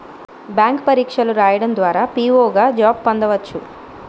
bank పరీక్షలు రాయడం ద్వారా పిఓ గా జాబ్ పొందవచ్చు